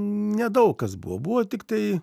nedaug kas buvo buvo tiktai